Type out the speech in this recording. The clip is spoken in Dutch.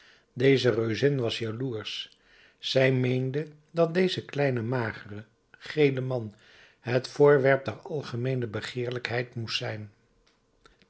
deze reuzin was jaloersch zij meende dat deze kleine magere gele man het voorwerp der algemeene begeerlijkheid moest zijn